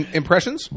impressions